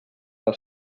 les